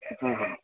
आं हां हां